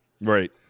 Right